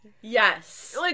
yes